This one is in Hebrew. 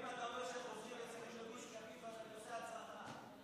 אם אתה אומרים שחוזרים לגוש קטיף, אז אני עושה, אם